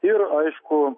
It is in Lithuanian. ir aišku